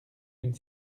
une